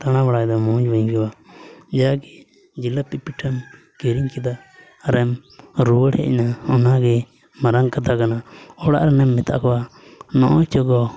ᱫᱟᱬᱟᱵᱟᱲᱟ ᱫᱚ ᱢᱚᱡᱽ ᱵᱟᱹᱧ ᱟᱹᱭᱠᱟᱹᱣᱟ ᱡᱟᱜᱮ ᱡᱷᱤᱞᱟᱯᱤ ᱯᱤᱴᱷᱟᱹ ᱠᱤᱨᱤᱧ ᱠᱮᱫᱟ ᱟᱨᱮᱢ ᱨᱩᱣᱟᱹᱲ ᱦᱮᱡᱱᱟ ᱚᱱᱟᱜᱮ ᱢᱟᱨᱟᱝ ᱠᱟᱛᱷᱟ ᱠᱟᱱᱟ ᱚᱲᱟᱜ ᱨᱮᱱᱮᱢ ᱢᱮᱛᱟ ᱠᱚᱣᱟ ᱱᱚᱜᱼᱚᱸᱭ ᱪᱚ ᱜᱚ